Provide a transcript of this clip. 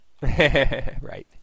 Right